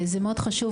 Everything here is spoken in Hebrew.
זה מאוד חשוב